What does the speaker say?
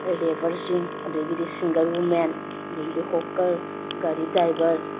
ꯂꯦꯕꯔꯁꯤꯡ ꯑꯗꯒꯤꯗꯤ single women ꯑꯗꯒꯤꯗꯤ hawker ꯒꯥꯔꯤ ꯗ꯭ꯔꯥꯏꯚꯔ